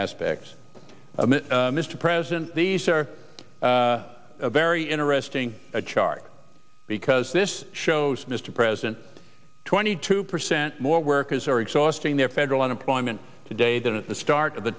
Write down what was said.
aspects mr president these are very interesting a chart because this shows mr president twenty two percent more workers are exhausting their federal unemployment today than at the start of the